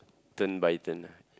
turn by turn ah